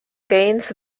gains